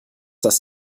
das